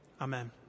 amen